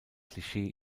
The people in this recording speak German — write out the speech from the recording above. klischee